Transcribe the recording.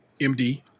MD